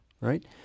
Right